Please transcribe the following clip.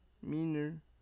Miner